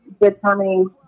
determining